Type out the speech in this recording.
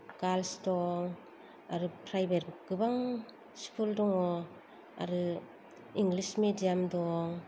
girls दं आरो private गोबां स्कुल दङ आरो इंलिस मिडियाम दं